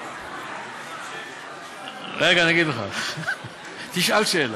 רגע, תשאל שאלה,